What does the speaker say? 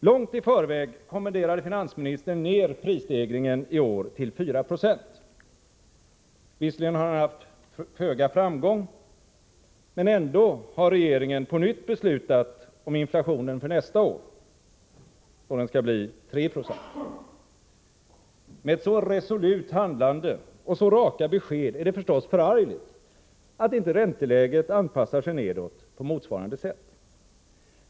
Långt i förväg kommenderade finansministern ned prisstegringen i år till 4 20. Visserligen har han haft föga framgång, men ändå har regeringen på nytt beslutat om inflationen för nästa år, som då skall bli 3 90. Med ett så resolut handlande och så raka besked är det förstås förargligt att inte ränteläget anpassar sig nedåt på motsvarande sätt.